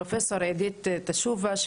פרופ' עידית תשובה,